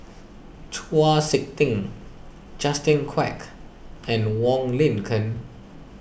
Chau Sik Ting Justin Quek and Wong Lin Ken